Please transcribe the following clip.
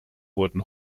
wurden